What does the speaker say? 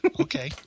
Okay